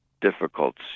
difficult